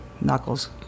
knuckles